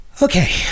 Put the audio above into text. Okay